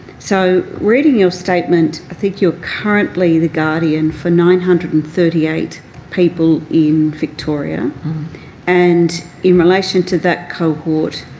so reading your statement, i think you're currently the guardian for nine hundred and thirty eight people in victoria and in relation to that cohort,